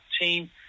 team